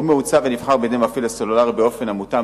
הוא מעוצב ונבחר בידי המפעיל הסלולרי באופן המותאם